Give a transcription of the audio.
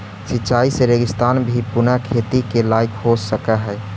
सिंचाई से रेगिस्तान भी पुनः खेती के लायक हो सकऽ हइ